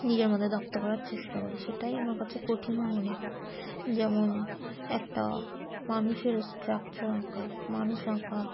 নিজের মধ্যে রপ্ত করার চেষ্টা করি সেটাই আমার কাছে কঠিন মনে হয় যেমন একটা মানুষের স্ট্রাকচার আঁকা মানুষ আঁকা